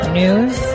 news